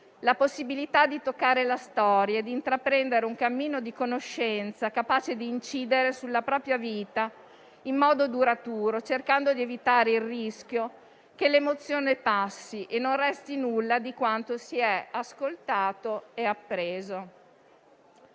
la possibilità di toccare la storia e di intraprendere un cammino di conoscenza capace di incidere sulla propria vita in modo duraturo, cercando di evitare il rischio che l'emozione passi e non resti nulla di quanto si è ascoltato e appreso.